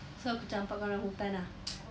so aku campak kau dalam hutan ah